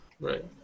Right